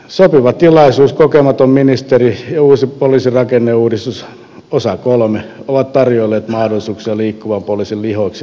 sopiva tilaisuus kokematon ministeri ja uusi poliisin rakenneuudistus osa iii ovat tarjoilleet mahdollisuuksia liikkuvan poliisin lihoiksi lyömiseen